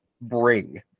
bring